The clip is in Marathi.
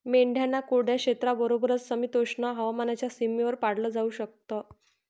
मेंढ्यांना कोरड्या क्षेत्राबरोबरच, समशीतोष्ण हवामानाच्या सीमेवर पाळलं जाऊ शकत